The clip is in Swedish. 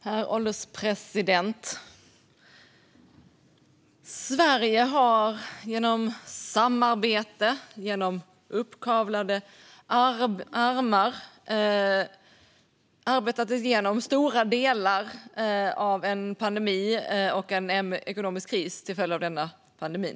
Herr ålderspresident! Sverige har genom samarbete och med uppkavlade ärmar arbetat sig igenom stora delar av en pandemi och en ekonomisk kris som är en följd av denna pandemi.